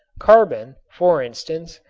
carbon, for instance,